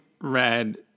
read